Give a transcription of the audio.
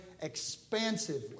expansively